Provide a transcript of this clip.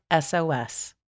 SOS